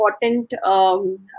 important